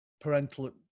parental